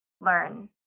learn